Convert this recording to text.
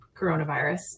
coronavirus